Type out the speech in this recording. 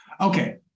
Okay